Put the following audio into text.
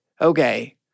okay